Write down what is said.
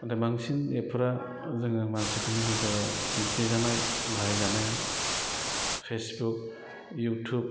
नाथाय बांसिन एपफोरा जोङो मानसिफोरनि गेजेराव मिथिजानाय बाहाय जानाया फेसबुक इउटुब